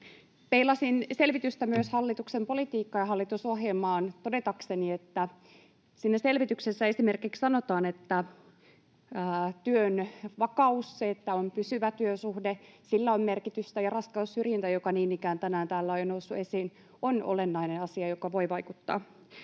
Peilasin selvitystä myös hallituksen politiikkaan ja hallitusohjelmaan, todetakseni, että siinä selvityksessä esimerkiksi sanotaan, että työn vakaudella, sillä, että on pysyvä työsuhde, on merkitystä ja että raskaussyrjintä, joka niin ikään tänään täällä on jo noussut esiin, on olennainen asia, joka voi vaikuttaa.